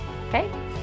Okay